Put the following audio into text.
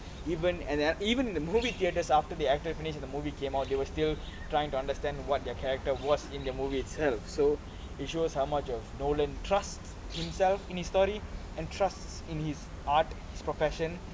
even and then even in the movie theatres after they acted finish and the movie came out they were still trying to understand what their character was in the movie itself so it shows how much of nolan trust himself in his story and trusts in his art his profession